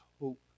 hope